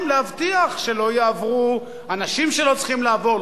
להבטיח שלא יעברו אנשים שלא צריכים לעבור,